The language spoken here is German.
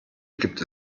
gibt